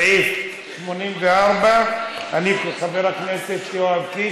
סעיף 84. חבר הכנסת יואב קיש,